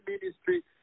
ministry